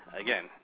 again